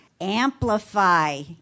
amplify